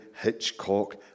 Hitchcock